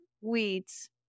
weeds